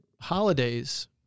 holidays